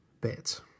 bit